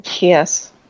yes